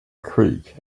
creek